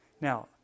Now